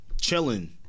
Chilling